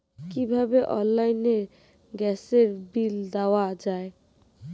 কিভাবে অনলাইনে গ্যাসের বিল দেওয়া যায়?